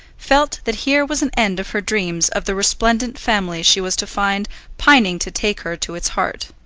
felt that here was an end of her dreams of the resplendent family she was to find pining to take her to its heart.